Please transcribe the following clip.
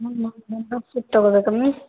membership ತೊಗೊಬೇಕಾ miss